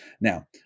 Now